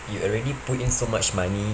you already put in so much money